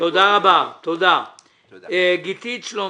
גיתית שלומי,